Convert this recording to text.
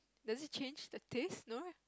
does it change the taste no right